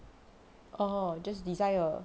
orh just design a